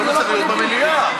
להיות במליאה.